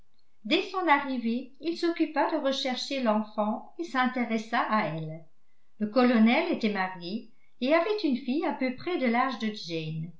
dès son arrivée il s'occupa de rechercher l'enfant et s'intéressa à elle le colonel était marié et avait une fille à peu près de l'âge de jane